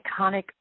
iconic